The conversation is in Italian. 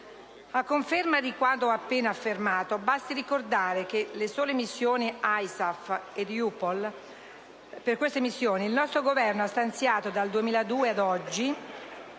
A conferma di quanto appena affermato, basti ricordare che per le sole missioni ISAF e EUPOL il nostro Governo ha stanziato dal 2002 ad oggi